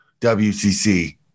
WCC